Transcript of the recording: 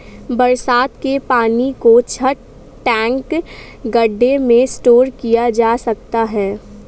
बरसात के पानी को छत, टैंक, गढ्ढे में स्टोर किया जा सकता है